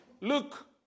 look